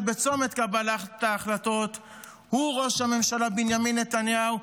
בצומת קבלת ההחלטות הוא ראש הממשלה בנימין נתניהו,